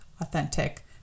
authentic